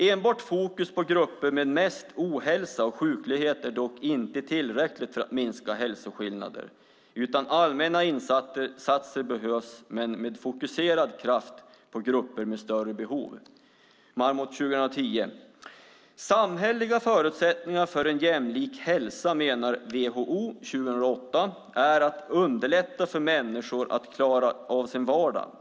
Enbart fokus på grupper med mest ohälsa och sjuklighet är dock inte tillräckligt för att minska hälsoskillnader, utan allmänna insatser behövs med fokuserad kraft på grupper med större behov, allt enligt Marmot 2010. Samhälleliga förutsättningar för en jämlik hälsa är, menar WHO 2008, att underlätta för människor att klara av sin vardag.